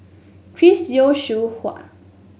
Chris Yeo Xiu Hua